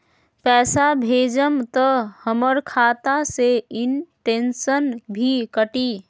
पैसा भेजम त हमर खाता से इनटेशट भी कटी?